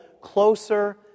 closer